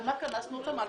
על מה קנסנו אותם?